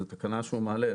זו תקנה שהוא מעלה,